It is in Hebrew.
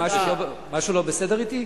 משהו לא בסדר אתי?